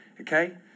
okay